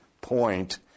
point